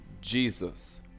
Jesus